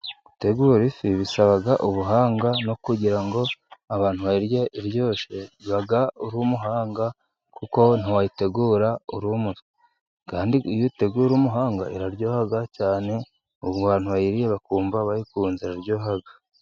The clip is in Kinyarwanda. Gutegura ifi bisaba ubuhanga, no kugira ngo abantu bayirye iryoshye uba uri umuhanga, kuko ntiwayitegura uri umuswa. kandi iyo uyiteguye uri umuhanga iraryoha cyane, ubwo abantu bayiriye bakumva bayikunze iraryoha.